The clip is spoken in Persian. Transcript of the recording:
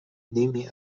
نیمی